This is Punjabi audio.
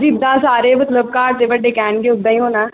ਜਿੱਦਾਂ ਸਾਰੇ ਮਤਲਬ ਘਰ ਦੇ ਵੱਡੇ ਕਹਿਣਗੇ ਉਦਾਂ ਹੀ ਹੋਣਾ